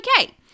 okay